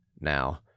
now